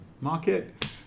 market